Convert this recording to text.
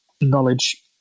knowledge